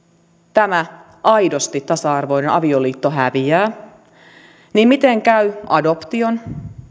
tämä aidosti tasa arvoinen avioliitto häviää niin miten käy adoption